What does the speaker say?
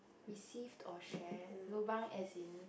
received or share lobang as in